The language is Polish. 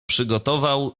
przygotował